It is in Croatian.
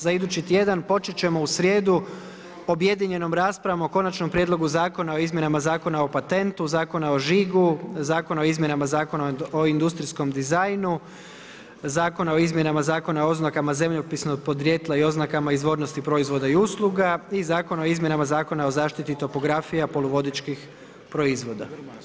Za idući tjedan počet ćemo u srijedu objedinjenom raspravom o Konačnom prijedlogu zakona o izmjenama Zakona o patentu, Zakon o žigu, Zakona o izmjenama Zakona o industrijskom dizajnu, Zakona o izmjenama Zakona o oznakama zemljopisnog podrijetla i oznakama izvornosti proizvoda i usluga i Zakona o izmjenama Zakona o zaštiti topografija poluvodičkih proizvoda.